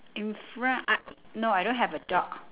in front I no I don't have a dog